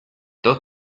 dos